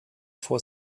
for